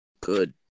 Good